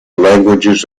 languages